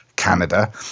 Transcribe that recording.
canada